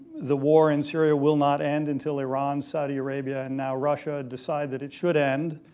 the war in syria will not end until iran, saudi arabia, and now russia, decide that it should end,